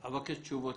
אני מבקש תשובות.